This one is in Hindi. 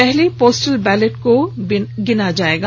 पहले पोस्टल बैलेट को गिना जायेगा